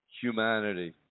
humanity